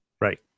Right